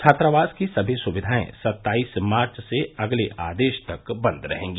छात्रावास की सभी सुविधाएं सत्ताईस मार्च से अगले आदेश तक बन्द रहेंगी